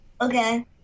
Okay